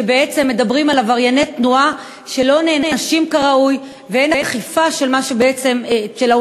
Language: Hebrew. שבעצם אומרות שעברייני תנועה לא נענשים כראוי ואין אכיפה של העונשים.